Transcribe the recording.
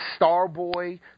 Starboy